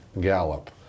Gallup